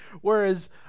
Whereas